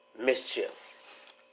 mischief